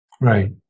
Right